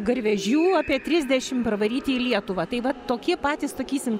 garvežių apie trisdešim parvaryti į lietuvą tai va tokie patys tokysim